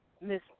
Miss